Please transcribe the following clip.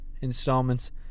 installments